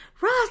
Ross